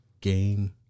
game